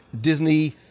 Disney